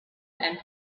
and